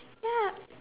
ya